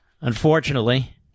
Unfortunately